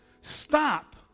stop